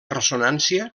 ressonància